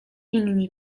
inni